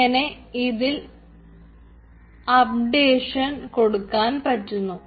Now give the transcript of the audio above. അങ്ങനെ ഇതിൽ അപ്ഡേഷൻ കൊടുക്കാൻ പറ്റുന്നു